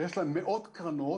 שיש להם מאוד קרנות.